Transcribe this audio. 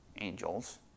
angels